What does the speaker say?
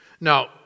Now